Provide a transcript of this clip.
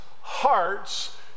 hearts